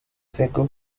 seco